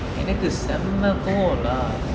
எனக்கு செம்ம கோவம்லா:enakku semma kovamla